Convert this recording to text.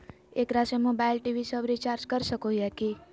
एकरा से mobile TV सब रिचार्ज कर सको हियै की?